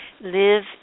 live